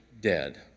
dead